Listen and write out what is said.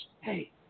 hey